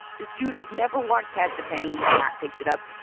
this dude has never walked past a penny and not picked it up.